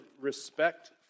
respect